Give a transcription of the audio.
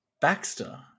Baxter